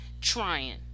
trying